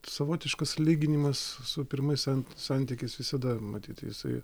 savotiškas lyginimas su pirmais san santykiais visada matyt jisai